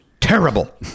Terrible